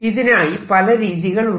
ഇതിനായി പല രീതികളുണ്ട്